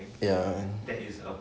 ya